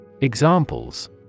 Examples